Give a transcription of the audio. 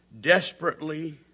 desperately